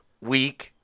week